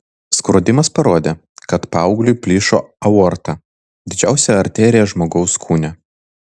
skrodimas parodė kad paaugliui plyšo aorta didžiausia arterija žmogaus kūne